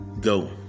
go